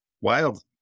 Wild